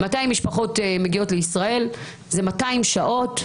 מדובר ב-200 שעות.